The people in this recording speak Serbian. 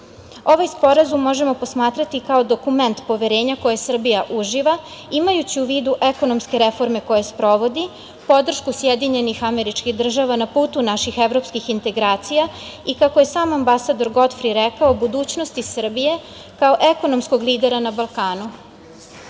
sporazum možemo posmatrati kao dokument poverenja koje Srbija uživa, imajući u vidu ekonomske reforme koje sprovodi, podršku SAD na putu naših evropskih integracija i kako je sam ambasador Gotfri rekao: „Budućnosti Srbije, kao ekonomskog lidera na